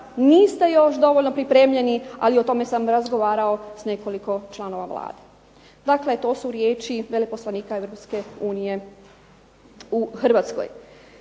Niste još dovoljno pripremljeni, ali o tome sam razgovarao s nekoliko članova Vlade." Dakle, to su riječi veleposlanika EU u Hrvatskoj.